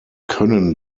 können